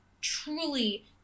truly